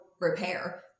repair